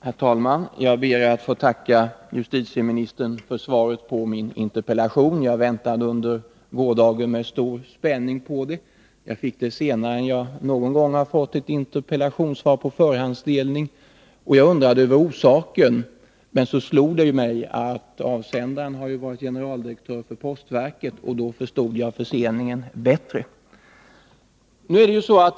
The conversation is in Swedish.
Herr talman! Jag ber att få tacka justitieministern för svaret på min interpellation. Jag väntade under gårdagen med stor spänning på det. Jag fick det senare än jag någon gång har fått ett interpellationssvar genom Hu förhandsdelning, och jag undrade över orsaken. Men så slog det mig att avsändaren ju har varit generaldirektör för postverket, och då förstod jag förseningen bättre.